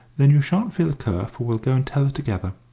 then you shan't feel a cur, for we'll go and tell her together.